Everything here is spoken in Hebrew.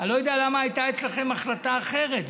אני לא יודע למה הייתה אצלכם החלטה אחרת.